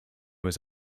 was